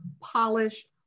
polished